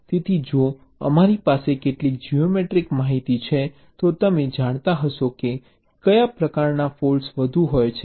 તેથી જો અમારી પાસે કેટલીક જીઓમેટ્રીક માહિતી છે તો તમે જાણતા હશો કે કયા પ્રકારની ફૉલ્ટ્સ વધુ હોય છે